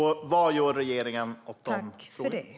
Vad gör regeringen åt detta?